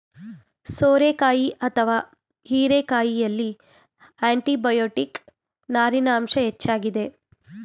ಸೋರೆಕಾಯಿ ಅಥವಾ ಹೀರೆಕಾಯಿಯಲ್ಲಿ ಆಂಟಿಬಯೋಟಿಕ್, ನಾರಿನ ಅಂಶ ಹೆಚ್ಚಾಗಿದೆ